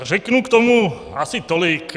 Řeknu k tomu asi tolik.